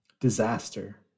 Disaster